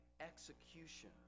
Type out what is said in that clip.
execution